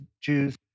Jews